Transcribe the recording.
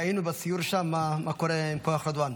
ראינו בסיור שם מה קורה עם כוח רדואן.